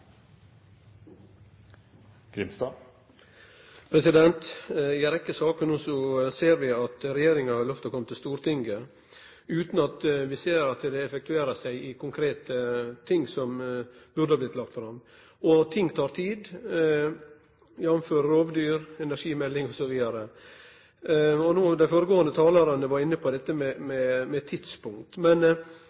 I ei rekkje saker no ser vi at regjeringa har lovt å kome til Stortinget, utan at det blir effektuert i konkrete saker som burde bli lagde fram. Ting tek tid, jf. rovdyr, energimelding, osv. Dei føregåande talarane var inne på dette med